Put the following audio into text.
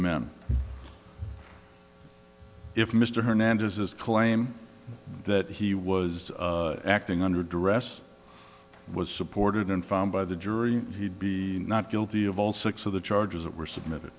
men if mr hernandez's claim that he was acting under duress was supported and found by the jury he'd be not guilty of all six of the charges that were submitted